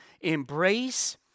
embrace